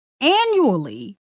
annually